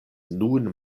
nun